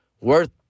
Worth